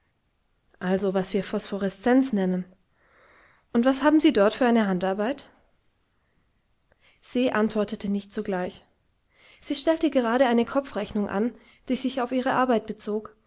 also was wir phosphoreszenz nennen und was haben sie dort für eine handarbeit se antwortete nicht sogleich sie stellte gerade eine kopfrechnung an die sich auf ihre arbeit bezog